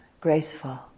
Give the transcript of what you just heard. graceful